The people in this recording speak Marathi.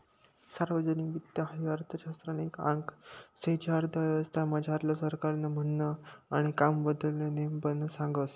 सार्वजनिक वित्त हाई अर्थशास्त्रनं एक आंग शे जे अर्थव्यवस्था मझारलं सरकारनं म्हननं आणि कामबद्दल नेमबन सांगस